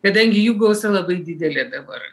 kadangi jų gausa labai didelė dabar